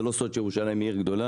זה לא סוד שירושלים היא עיר גדולה,